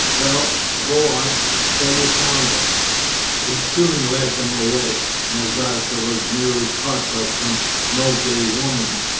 well, go on so you found them we soon led them away! nazarka was nearly caught by some nogay women,